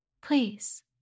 please